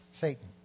Satan